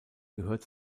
gehört